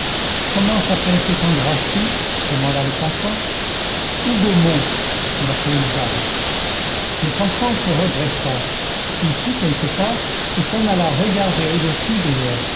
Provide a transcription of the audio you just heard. comment s'appelle cet endroit ci demanda le passant hougomont dit la paysanne le passant se redressa il fit quelques pas et s'en alla regarder au-dessus des